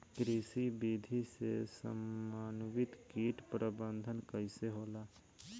कृषि विधि से समन्वित कीट प्रबंधन कइसे होला?